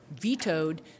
vetoed